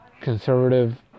conservative